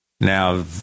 Now